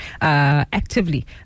actively